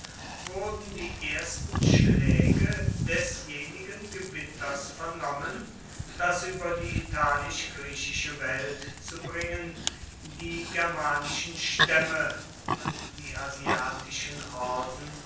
wurden die ersten schläge desjenigen gewitters vernommen das über die italisch griechische welt zu bringen die germanischen stämme und die asiatischen horden